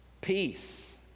Peace